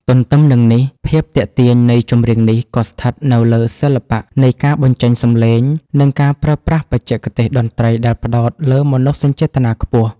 ទន្ទឹមនឹងនេះ ភាពទាក់ទាញនៃ ចម្រៀងនេះ ក៏ស្ថិតនៅលើសិល្បៈនៃការបញ្ចេញសម្លេង និងការប្រើប្រាស់បច្ចេកទេសតន្ត្រីដែលផ្ដោតលើមនោសញ្ចេតនាខ្ពស់។